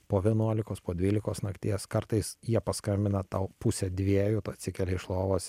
po vienuolikos po dvylikos nakties kartais jie paskambina tau pusę dviejų tu atsikelia iš lovos